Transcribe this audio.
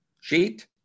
sheet